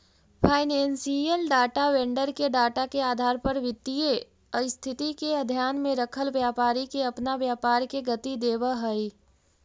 financial data vendor के data के आधार पर वित्तीय स्थिति के ध्यान में रखल व्यापारी के अपना व्यापार के गति देवऽ हई